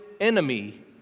enemy